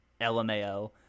LMAO